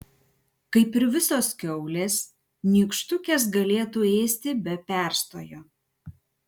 kaip ir visos kiaulės nykštukės galėtų ėsti be perstojo